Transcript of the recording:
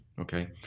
Okay